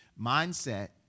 Mindset